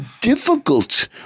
difficult